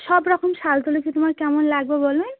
সব রকম শাল তুলেছি তোমার কেমন লাগবে বলুন